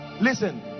listen